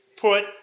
put